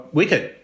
wicket